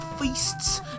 feasts